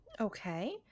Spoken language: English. Okay